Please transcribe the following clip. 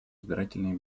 избирательные